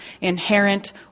inherent